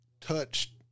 touched